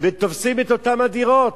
ותופסים את אותן הדירות.